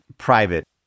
private